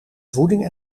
voeding